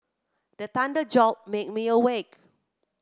the thunder jolt make me awake